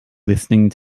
listening